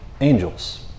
angels